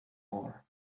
more